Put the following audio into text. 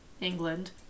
England